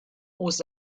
aux